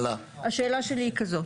השאלה שלי היא כזאת.